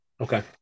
okay